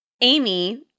Amy